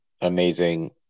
amazing